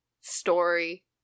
story